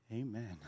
Amen